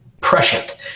prescient